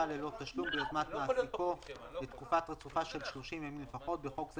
ללא תשלום ביוזמת מעסיקו לתקופה רצופה של 30 ימים לפחות (בחוק זה,